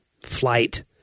flight